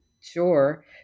sure